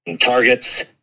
targets